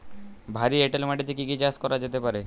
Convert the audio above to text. ভারী এঁটেল মাটিতে কি কি চাষ করা যেতে পারে?